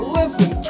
listen